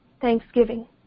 thanksgiving